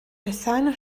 bethan